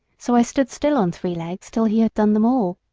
so i stood still on three legs till he had done them all.